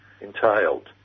entailed